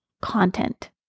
content